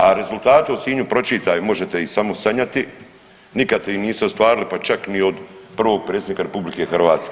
A rezultati u Sinju pročitaj, možete ih samo sanjati, nikad ih niste ostvarili pa čak ni od prvog predsjednika RH.